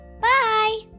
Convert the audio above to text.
Bye